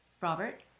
Robert